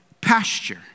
pasture